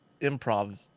improv